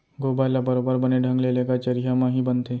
गोबर ल बरोबर बने ढंग ले लेगत चरिहा म ही बनथे